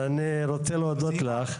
אז אני רוצה להודות לך.